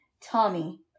Tommy